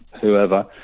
whoever